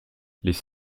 les